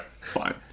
Fine